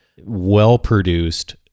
well-produced